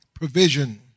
provision